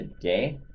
today